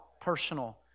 personal